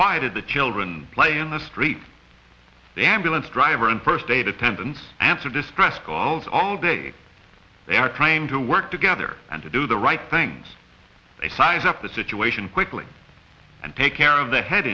by did the children play in the street the ambulance driver and first date attendants answer distress calls all day they are trained to work together and to do the right things they size up the situation quickly and take care of the head